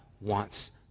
wants